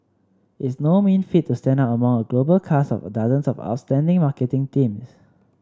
it's no mean feat to stand out among a global cast of dozens of outstanding marketing teams